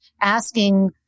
asking